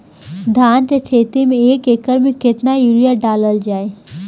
धान के खेती में एक एकड़ में केतना यूरिया डालल जाई?